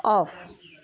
of